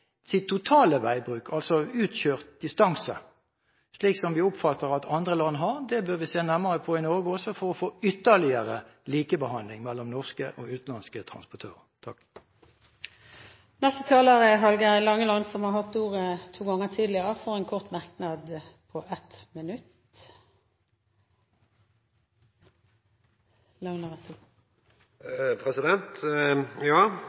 sitt totale veibruk, altså utkjørt distanse, slik som vi oppfatter at man gjør i andre land. Det bør vi se nærmere på i Norge også for å få ytterligere likebehandling mellom norske og utenlandske transportører. Representanten Hallgeir H. Langeland har hatt ordet to ganger og får ordet til en kort merknad, begrenset til 1 minutt.